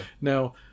Now